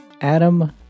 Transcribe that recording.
Adam